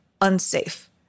unsafe